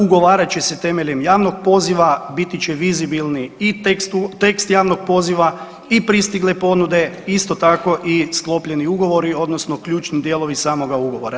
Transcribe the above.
Ugovarat će se temeljem javnog poziva, biti će vizibilni i tekst javnog poziva i pristigle ponude, isto tako i sklopljeni ugovori odnosno ključni dijelovi samoga ugovora.